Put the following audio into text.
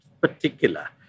particular